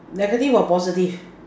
negative or positive